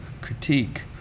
critique